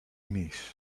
miss